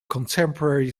contemporary